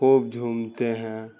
خوب جھومتے ہیں